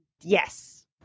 yes